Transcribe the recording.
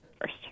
first